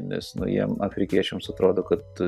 nes nu jiem afrikiečiams atrodo kad